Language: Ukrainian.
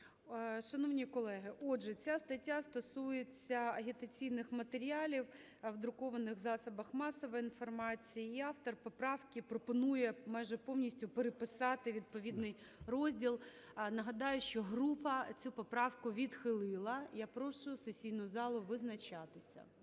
Шановні колеги, отже, ця стаття стосується агітаційних матеріалів в друкованих засобах масової інформації, і автор поправки пропонує майже повністю переписати відповідний розділ. Нагадаю, що група цю поправку відхилила. Я прошу сесійну залу визначатися.